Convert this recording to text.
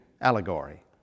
allegory